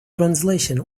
translation